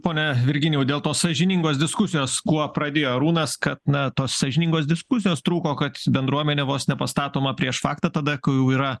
ponia virginija dėl to sąžiningos diskusijos kuo pradėjo arūnas kad nato sąžiningos diskusijos trūko kad bendruomenė vos ne pastatoma prieš faktą tada kai jau yra